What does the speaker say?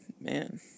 Man